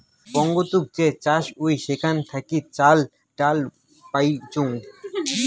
বঙ্গতুক যে চাষ হউ সেখান থাকি চাল, ডাল পাইচুঙ